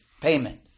payment